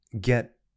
get